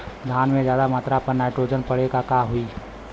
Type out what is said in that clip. धान में ज्यादा मात्रा पर नाइट्रोजन पड़े पर का होई?